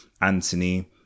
Anthony